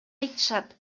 айтышат